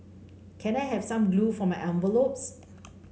can I have some glue for my envelopes